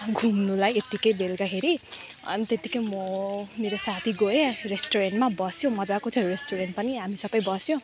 घुम्नुलाई यत्तिकै बेलुकाखेरि अनि त्यतिकै म मेरो साथी गयो रेस्टुरेन्टमा बस्यो मजाको छ रेस्टुरेन्ट पनि हामी सबै बस्यो